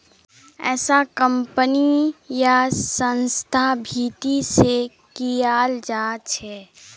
ऐसा कम्पनी या संस्थार भीती से कियाल जा छे